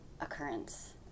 occurrence